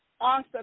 awesome